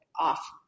off